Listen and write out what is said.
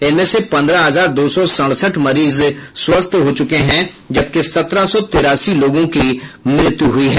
इनमें से पन्द्रह हजार दो सौ सड़सठ मरीज स्वस्थ हो चुके हैं जबकि सत्रह सौ तिरासी लोगों की मृत्यु हुई है